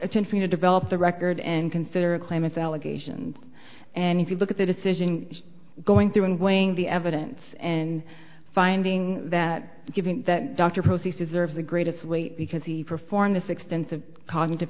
attempting to develop the record and consider a claimant's allegation and if you look at the decision going through and weighing the evidence and finding that given that dr proces deserves the greatest weight because he performed this extensive cognitive